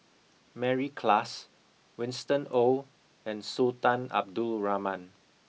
Mary Klass Winston Oh and Sultan Abdul Rahman